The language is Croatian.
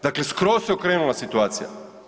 Dakle, skroz se okrenula situacija.